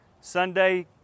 Sunday